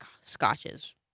Scotches